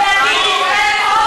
תתבייש, הקשבתי לך